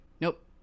nope